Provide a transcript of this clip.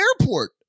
airport